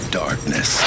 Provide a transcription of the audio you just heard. darkness